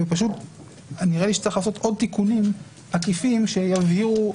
נראה לי שצריך לעשות עוד תיקונים עקיפים שיבהירו.